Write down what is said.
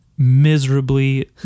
miserably